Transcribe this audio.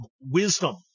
wisdom